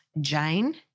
Jane